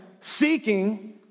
seeking